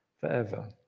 forever